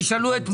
לא היה תקדים.